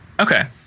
Okay